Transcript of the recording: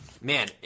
man